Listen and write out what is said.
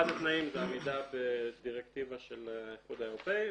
אחד התנאים זה עמידה בדירקטיבה של האיחוד האירופאי,